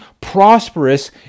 prosperous